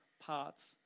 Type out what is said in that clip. parts